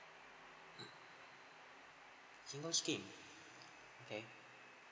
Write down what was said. single scheme okay